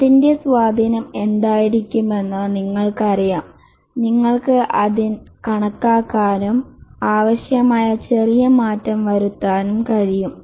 അതിന്റെ സ്വാധീനം എന്തായിരിക്കുമെന്ന് നിങ്ങൾക്കറിയാം നിങ്ങൾക്ക് അത് കണക്കാക്കാനും ആവശ്യമായ ചെറിയ മാറ്റം വരുത്താനും കഴിയും